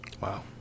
Wow